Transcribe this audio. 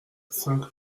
saint